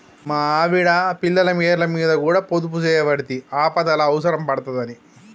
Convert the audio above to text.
మా ఆవిడ, పిల్లల పేర్లమీద కూడ పొదుపుజేయవడ్తి, ఆపదల అవుసరం పడ్తదని